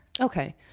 Okay